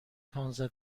پانزده